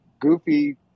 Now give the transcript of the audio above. goofy